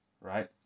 Right